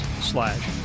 slash